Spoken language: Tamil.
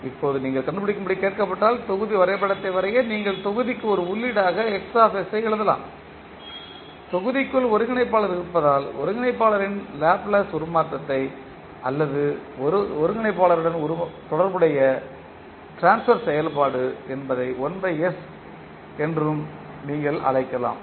இப்போது நீங்கள் கண்டுபிடிக்கும்படி கேட்கப்பட்டால் தொகுதி வரைபடத்தை வரைய நீங்கள் தொகுதிக்கு ஒரு உள்ளீடாக ஐ எழுதலாம் தொகுதிக்குள் ஒருங்கிணைப்பாளர் இருப்பதால் ஒருங்கிணைப்பாளரின் லாப்லேஸ் உருமாற்றத்தை அல்லது ஒருங்கிணைப்பாளருடன் தொடர்புடைய ட்ரான்ஸ்பர் செயல்பாடு என்பதை என நீங்கள் சொல்லலாம்